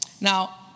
Now